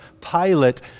Pilate